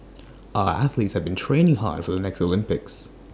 our athletes have been training hard for the next Olympics